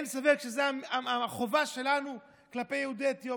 אין ספק שזו החובה שלנו כלפי יהודי אתיופיה.